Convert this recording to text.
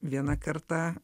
vieną kartą